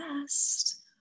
best